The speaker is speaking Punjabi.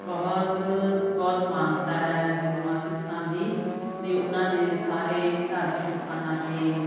ਬਹੁਤ ਬਹੁਤ ਮਾਨਤਾ ਹੈ ਗੁਰੂਆਂ ਸਿੱਖਾਂ ਦੀ ਅਤੇ ਉਹਨਾਂ ਦੇ ਸਾਰੇ ਧਾਰਮਿਕ ਅਸਥਾਨਾਂ 'ਤੇ